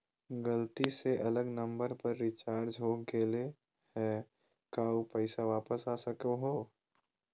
गलती से अलग नंबर पर रिचार्ज हो गेलै है का ऊ पैसा वापस आ सको है?